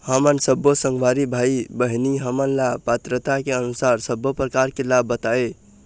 हमन सब्बो संगवारी भाई बहिनी हमन ला पात्रता के अनुसार सब्बो प्रकार के लाभ बताए?